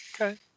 Okay